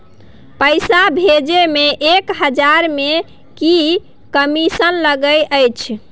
पैसा भैजे मे एक हजार मे की कमिसन लगे अएछ?